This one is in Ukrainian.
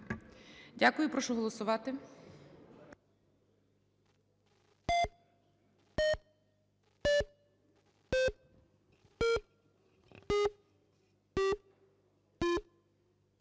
Дякую. Прошу голосувати.